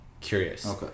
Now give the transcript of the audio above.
curious